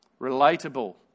Relatable